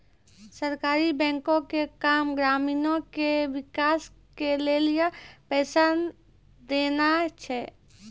सहकारी बैंको के काम ग्रामीणो के विकास के लेली पैसा देनाय छै